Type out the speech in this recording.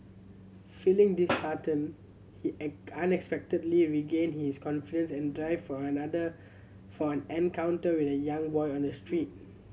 feeling disheartened he unexpectedly regain his confidence and drive for another from an encounter with a young boy on the street